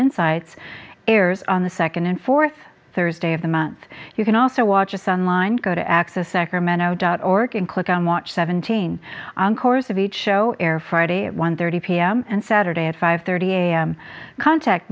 insights airs on the second and fourth thursday of the month you can also watch us on line go to access sacramento dot org and click on watch seventeen encores of each show aired friday one thirty p m and saturday at five thirty a m contact